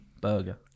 burger